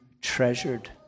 treasured